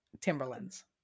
Timberlands